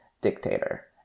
dictator